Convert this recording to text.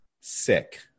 sick